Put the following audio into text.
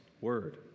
word